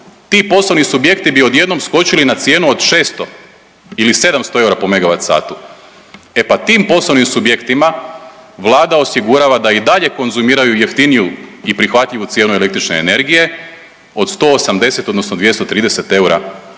ti poslovni subjekti bi odjednom skočili na cijenu od 600 ili 700 eura po megavat satu. E pa tim poslovnim subjektima Vlada osigurava da i dalje konzumiraju jeftiniju i prihvatljivu cijenu električne energije od 180 odnosno 230 eura